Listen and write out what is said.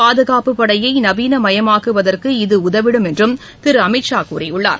பாதுகாப்புப் படையை நவீனமயமாக்குவதற்கு இது உதவிடும் என்றும் திரு அமித்ஷா கூறியுள்ளார்